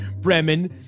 Bremen